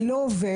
זה לא עובד,